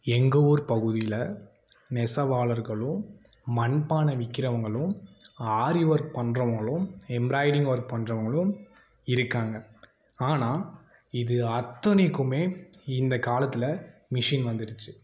எங்கள் ஊர் பகுதியில் நெசவாளர்களும் மண் பானை விற்கிறவங்களும் ஆரி ஒர்க் பண்ணுறவங்களும் எம்ப்ராய்டிங் ஒர்க் பண்ணுறவங்களும் இருக்காங்க ஆனால் இது அத்தனைக்குமே இந்த காலத்தில் மிஷின் வந்துடிச்சு